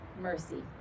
mercy